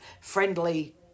friendly